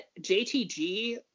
JTG